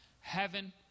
heaven